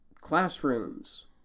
classrooms